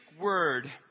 word